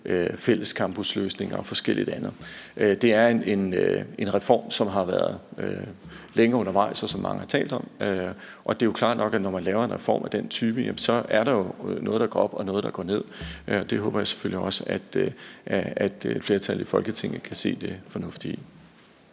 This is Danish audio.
fælles campusløsninger og forskelligt andet. Det er en reform, som har været længe undervejs, og som mange har talt om. Og det jo klart nok, at når man laver en reform af den type, er der jo noget, der går op, og noget, der går ned. Det håber jeg selvfølgelig også at flertallet i Folketinget kan se det fornuftige